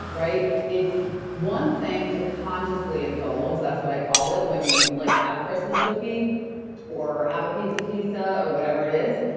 right? it's one thing to consciously indulge, that's what i call it. when you like have a christmas cookie or have a pizza pizza or whatever it is.